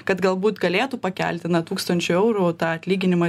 kad galbūt galėtų pakelti na tūkstančiu eurų tą atlyginimą